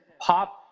pop